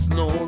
no